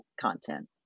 content